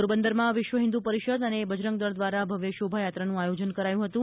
પોરબંદરમાં વિશ્વ હિન્દુ પરિષદ અને બજરંગદળ દ્વારા ભવ્ય શોભાયાત્રાનું આયોજન કરાયું હતું